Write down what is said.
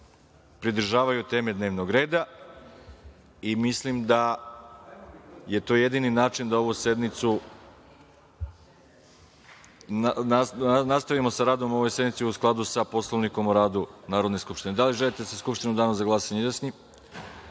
pridržavaju teme dnevnog reda i mislim da je to jedini način da nastavimo sa radom ove sednice u skladu sa Poslovnikom o radu Narodne skupštine. Da li želite da se Skupština u danu za glasanje izjasni?